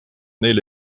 neil